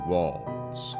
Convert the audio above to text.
Walls